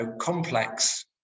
complex